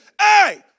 hey